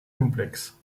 complexe